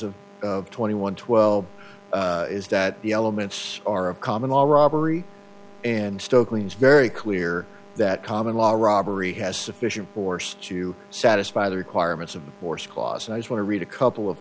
of twenty one twelve is that the elements are a common all robbery and stokely is very clear that common law robbery has sufficient force to satisfy the requirements of the force clause and i just want to read a couple of